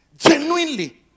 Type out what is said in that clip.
Genuinely